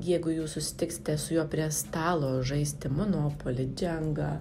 jeigu jūs susitiksite su juo prie stalo žaisti manopolį džengą